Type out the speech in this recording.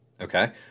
Okay